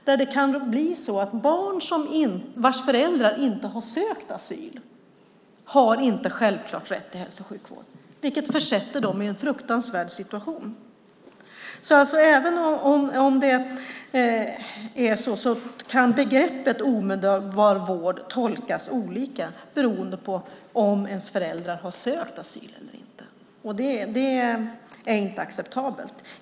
Det kan bli så att barn vilkas föräldrar inte har sökt asyl inte självklart har rätt till hälso och sjukvård, vilket försätter dem i en fruktansvärd situation. Begreppet omedelbar vård kan tolkas olika beroende på om ens föräldrar har sökt asyl eller inte. Det är inte acceptabelt.